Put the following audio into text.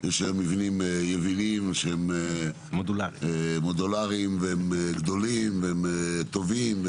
של מבנים יבילים שהם מודולריים וגדולים וטובים.